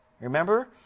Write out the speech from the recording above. Remember